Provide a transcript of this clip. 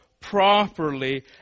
properly